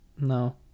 no